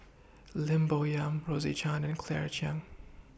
Lim Bo Yam Rose Chan and Claire Chiang